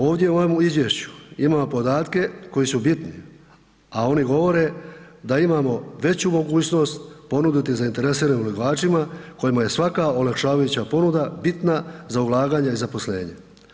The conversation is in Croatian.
Ovdje u ovome izvješću imamo podatke koji su bitni a oni govore da imamo veću mogućnost ponuditi zainteresiranim ulagačima kojima je svaka olakšavajuća ponuda bitna za ulaganje i zaposlenje.